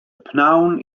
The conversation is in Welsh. pnawn